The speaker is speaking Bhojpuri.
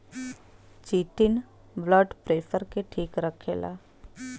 चिटिन ब्लड प्रेसर के ठीक रखला